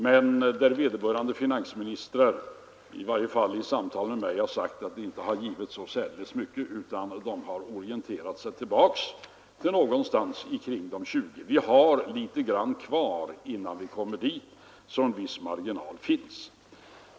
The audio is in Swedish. Men där har vederbörande finansministrar — i varje fall i samtal med mig — sagt att det inte har givit så särdeles mycket, utan de har orienterat sig tillbaka till någonstans kring de 20 procenten. Vi har litet grand kvar innan vi kommer dit, så en viss marginal finns.